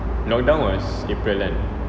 lockdown was april kan